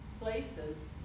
places